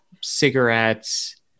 cigarettes